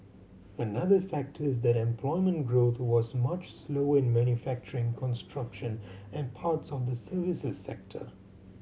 another factor is that employment growth was much slower in manufacturing construction and parts of the services sector